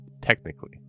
technically